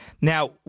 Now